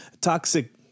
toxic